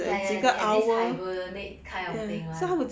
ya ya ya they have this hibernate kind of thing [one]